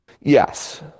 Yes